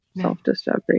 self-discovery